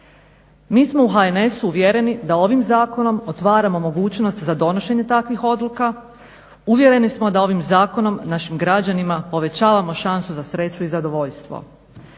Mi smo u HNS uvjereni da ovim zakonom otvaramo mogućnost za donošenje takvih odluka. Uvjereni smo da ovim zakonom našim građanima povećavamo šansu za sreću i zadovoljstvo